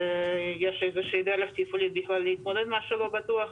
יש איזה דרך תפעולית כללית להתמודד עם מה שלא בטוח.